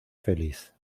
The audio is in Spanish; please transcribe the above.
feliz